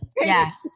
Yes